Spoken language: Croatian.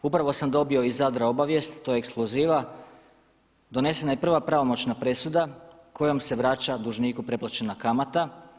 Upravo sam dobio iz Zadra obavijest to je ekskluziva, donesena je prva pravomoćna presuda kojom se vraća dužniku preplaćena kamata.